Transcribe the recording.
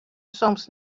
soms